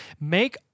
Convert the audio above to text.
Make